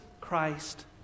Christ